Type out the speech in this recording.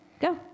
go